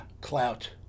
clout